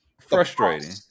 Frustrating